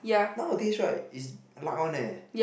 nowadays right is luck one leh